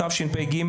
חוזר מנכ"ל תשפ"ג,